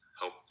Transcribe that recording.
help